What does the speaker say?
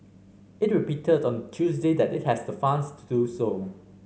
it repeated on Tuesday that it has the funds to do so